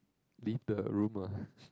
leave the room ah